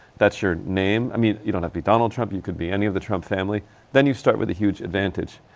that's your name i mean you don't have to be donald trump, you could be any of the trump family then you start with a huge advantage.